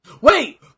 Wait